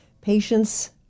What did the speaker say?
patients